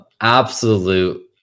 absolute